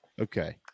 Okay